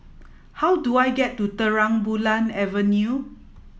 how do I get to Terang Bulan Avenue